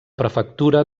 prefectura